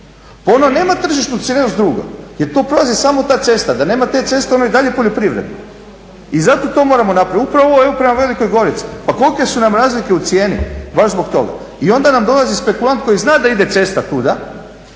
pa ona nema tržišnu cijenu …/Govornik se ne razumije./… jer to prolazi samo ta cesta, da nema te ceste ona je i dalje poljoprivredna. I zato to moramo napraviti. Upravo ovaj prema Velikoj Gorici. Pa kolike su nam razlike u cijeni, baš zbog toga. I onda nam dolazi spekulant koji zna da ide cesta tuda